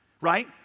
right